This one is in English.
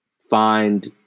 find